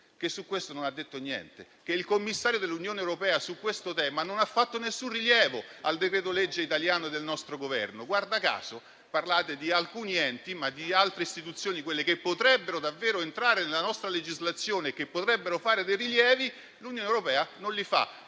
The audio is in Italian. che su questo non ha detto niente. Il commissario dell'Unione europea su questo tema non ha fatto nessun rilievo al decreto-legge del nostro Governo. Guarda caso, parlate solo di alcuni enti, mentre di altre istituzioni, che potrebbero davvero entrare nella nostra legislazione e che potrebbero fare dei rilievi l'Unione europea non ne